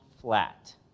flat